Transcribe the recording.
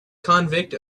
convict